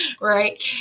Right